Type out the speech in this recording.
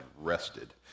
rested